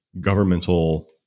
governmental